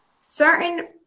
certain